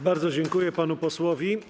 Bardzo dziękuję panu posłowi.